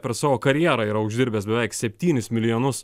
per savo karjerą yra uždirbęs beveik septynis milijonus